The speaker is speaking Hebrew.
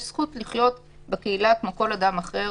יש זכות לחיות בקהילה כמו כל אדם אחר.